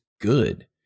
good